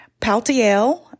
Paltiel